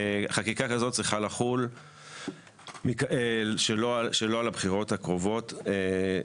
חקיקה כזאת צריכה לחול שלא על הבחירות הכלליות